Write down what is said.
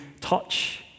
touch